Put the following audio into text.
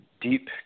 deep